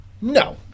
No